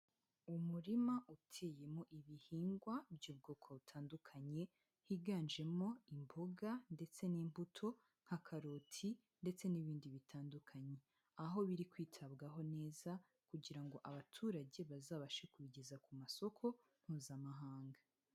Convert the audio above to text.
Umurima uteyemo ibihingwa by'ubwoko butandukanye, higanjemo imboga ndetse n'imbuto nka karoti ndetse n'ibindi bitandukanye. Aho biri kwitabwaho neza, kugira ngo abaturage bazabashe kubigeza ku masoko Mpuzamahanga.